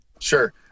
Sure